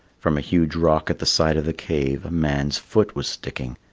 from a huge rock at the side of the cave a man's foot was sticking.